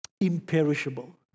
imperishable